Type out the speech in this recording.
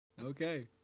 Okay